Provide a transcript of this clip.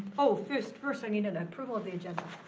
oh, first first i need an approval of the agenda.